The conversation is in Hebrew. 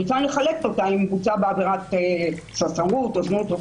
שניתן לחלט אותה אם בוצעה בה עבירת ספסרות או זנות.